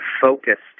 focused